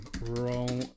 Roll